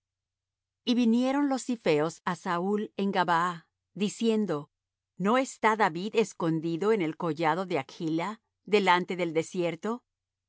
y vinieron los zipheos á saúl en gabaa diciendo no está david escondido en el collado de hachla delante del desierto